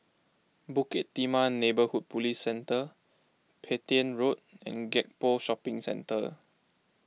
Bukit Timah Neighbourhood Police Centre Petain Road and Gek Poh Shopping Centre